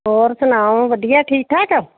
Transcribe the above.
ਹੋਰ ਸੁਣਾਓ ਵਧੀਆ ਠੀਕ ਠਾਕ